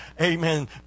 Amen